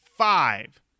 Five